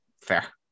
Fair